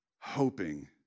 hoping